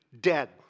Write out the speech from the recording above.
dead